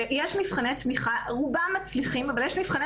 ורוב מבחני התמיכה מצליחים אבל יש מבחני